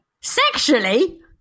sexually